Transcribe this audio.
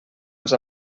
els